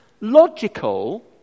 logical